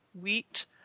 wheat